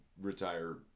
retire